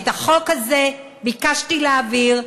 את החוק הזה ביקשתי להעביר,